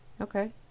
Okay